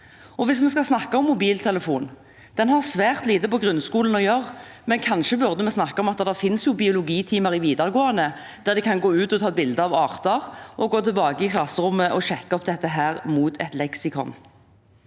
Hvis vi skal snakke om mobiltelefonen: Den har svært lite på grunnskolen å gjøre, men kanskje burde vi snakke om at det finnes biologitimer i videregående skole der man kan gå ut og ta bilder av arter og gå tilbake til klasserommet og sjekke dem opp mot et leksikon.